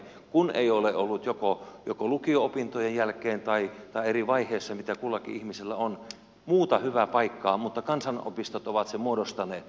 kun ei ole ollut joko lukio opintojen jälkeen tai eri vaiheissa mitä kullakin ihmisellä on muuta hyvää paikkaa niin kansanopistot ovat sen muodostaneet